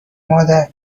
مادر